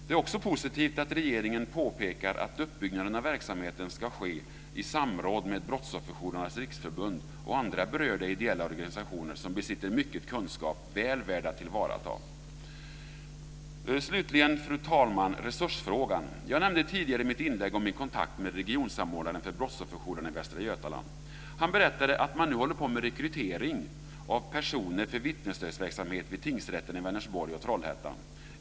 Det är också positivt att regeringen påpekar att uppbyggnaden av verksamheten ska ske i samråd med Brottsofferjourernas Riksförbund och andra berörda ideella organisationer som besitter mycket kunskap väl värd att tillvarata. Till sist, fru talman, resursfrågan. Jag nämnde tidigare i mitt inlägg min kontakt med regionsamordnaren för brottsofferjouren i Västra Götaland. Han berättade att man nu håller på med rekrytering av personer för vittnesstödsverksamhet vid tingsrätterna i Vänersborg och Trollhättan.